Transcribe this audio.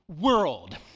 world